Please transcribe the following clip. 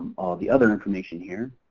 all of the other information here,